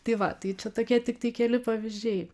tai va tai čia tokie tiktai keli pavyzdžiai